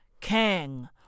Kang